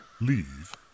Leave